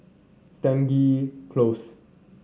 Stangee Close